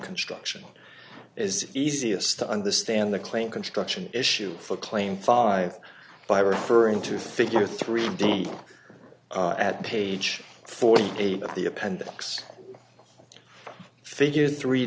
construction is easiest to understand the claim construction issue for claim five by referring to figure three d at page forty eight of the appendix figure three